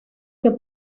que